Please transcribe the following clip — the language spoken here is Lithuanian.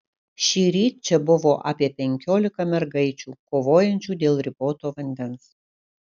šįryt čia buvo apie penkiolika mergaičių kovojančių dėl riboto vandens